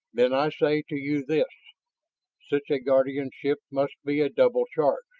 then i say to you this such a guardianship must be a double charge,